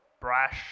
brash